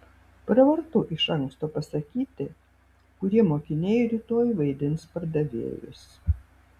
pravartu iš anksto pasakyti kurie mokiniai rytoj vaidins pardavėjus